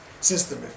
system